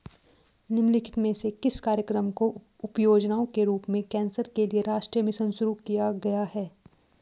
निम्नलिखित में से किस कार्यक्रम को उपयोजना के रूप में कैंसर के लिए राष्ट्रीय मिशन शुरू किया गया है?